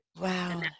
Wow